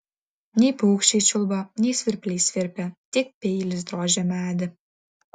nei paukščiai čiulba nei svirpliai svirpia tik peilis drožia medį